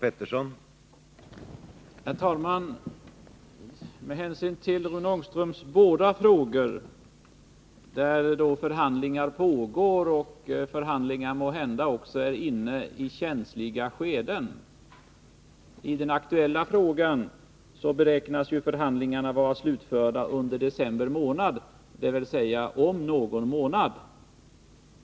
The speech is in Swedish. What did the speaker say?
Herr talman! Rune Ångströms båda frågor gäller ärenden där förhandlingar pågår och där förhandlingarna måhända också är inne i känsliga skeden. I den aktuella frågan beräknas förhandlingarna vara slutförda under december månad, dvs. om någon månad.